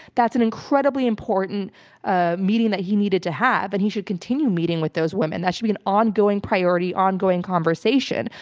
that's an incredibly important ah meeting that he needed to have, and he should continue meeting with those women. that should be an ongoing priority ongoing conversation.